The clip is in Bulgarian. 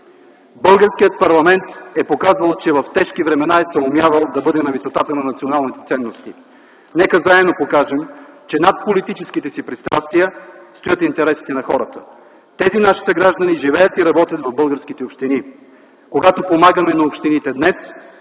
Българският парламент е показал, че в тежки времена е съумявал да бъде на висотата на националните ценности. Нека заедно покажем, че над политическите ни пристрастия стоят интересите на хората. Тези наши съграждани живеят и работят в българските общини. Когато помагаме на общините днес,